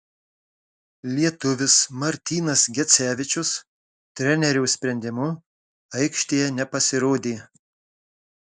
lietuvis martynas gecevičius trenerio sprendimu aikštėje nepasirodė